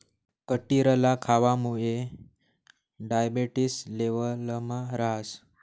कटिरला खावामुये डायबेटिस लेवलमा रहास